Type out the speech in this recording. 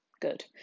good